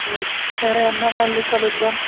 సరే అన్నా మళ్ళ కలుద్దాం